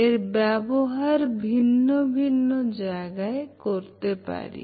এর ব্যবহার ভিন্ন ভিন্ন জায়গায় করতে পারি